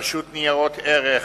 רשות ניירות ערך,